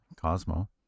Cosmo